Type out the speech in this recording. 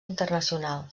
internacional